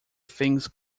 things